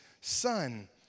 son